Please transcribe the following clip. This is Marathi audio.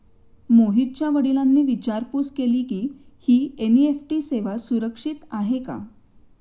मोहनच्या वडिलांनी विचारपूस केली की, ही एन.ई.एफ.टी सेवा सुरक्षित आहे का?